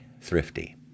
thrifty